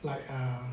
like a